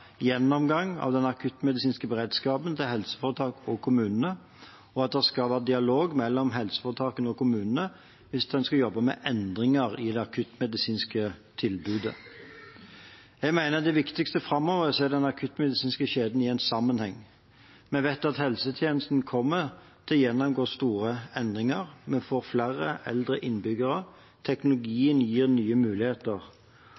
gjennomgang av den akuttmedisinske beredskapen til helseforetakene og kommunene, og at det skal være dialog mellom helseforetakene og kommunene hvis en skal jobbe med endringer i det akuttmedisinske tilbudet. Jeg mener det viktigste framover er å se den akuttmedisinske kjeden i sammenheng. Vi vet at helsetjenestene kommer til å gjennomgå store endringer. Vi får flere eldre innbyggere,